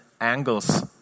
angles